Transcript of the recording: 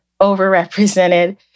overrepresented